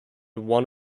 one